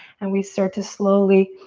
and we start to slowly,